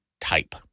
type